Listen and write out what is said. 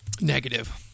Negative